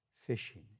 fishing